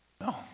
No